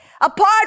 apart